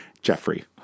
Jeffrey